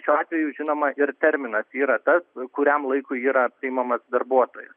šiuo atveju žinoma ir terminas yra tas kuriam laikui yra priimamas darbuotojas